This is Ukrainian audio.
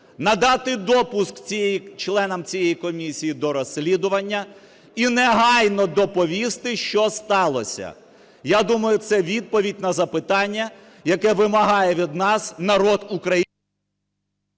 надати допуск членам цієї комісії до розслідування і негайно доповісти, що сталося. Я думаю, це відповідь на запитання, яку вимагає від нас народ України...